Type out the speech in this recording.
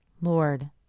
Lord